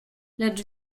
lecz